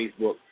Facebook